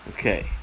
Okay